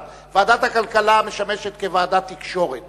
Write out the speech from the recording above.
אני מסכים, ועדת הכלכלה משמשת כוועדת תקשורת